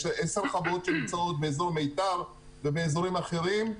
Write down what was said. יש עשר חוות שנמצאות באזור מיתר ובאזורים אחרים,